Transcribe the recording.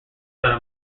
got